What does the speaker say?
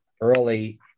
early